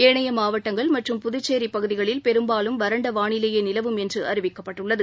ஏனைய மாவட்டங்கள் மற்றும் புதுச்சேரிபகுதிகளில் பெரும்பாலும் வறண்டவானிலையேநிலவும் என்றுஅறிவிக்கப்பட்டுள்ளது